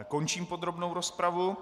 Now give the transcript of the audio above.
Končím podrobnou rozpravu,